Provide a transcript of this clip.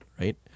right